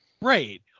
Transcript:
Right